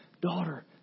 daughter